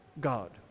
God